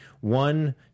One